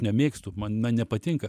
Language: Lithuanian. nemėgstu man na nepatinka